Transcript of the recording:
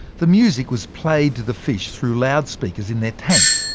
the music was played to the fish through loudspeakers in their tank.